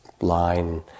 line